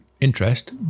interest